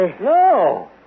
No